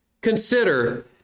consider